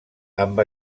amb